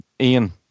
Ian